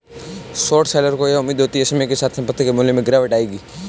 short seller को यह उम्मीद होती है समय के साथ संपत्ति के मूल्य में गिरावट आएगी